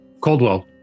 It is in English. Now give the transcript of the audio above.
Coldwell